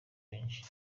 benshi